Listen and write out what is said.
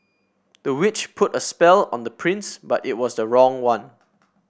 the witch put a spell on the prince but it was the wrong one